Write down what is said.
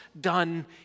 done